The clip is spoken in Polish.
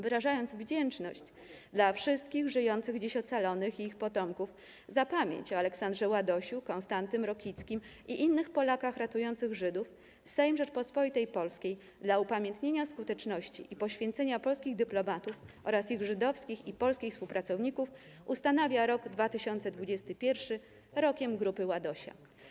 Wyrażając wdzięczność dla wszystkich żyjących dziś ocalonych i ich potomków za pamięć o Aleksandrze Ładosiu, Konstantym Rokickim i innych Polakach ratujących Żydów, Sejm Rzeczypospolitej Polskiej dla upamiętnienia skuteczności i poświęcenia polskich dyplomatów oraz ich żydowskich i polskich współpracowników ustanawia rok 2021 Rokiem Grupy Ładosia”